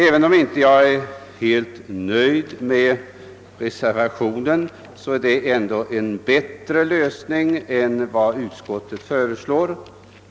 Även om jag inte är helt nöjd med de båda reservationerna finner jag den lösning som där förordas bättre än utskottets förslag.